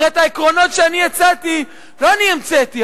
הרי את העקרונות שאני הצעתי לא אני המצאתי,